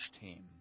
team